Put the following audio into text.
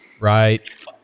right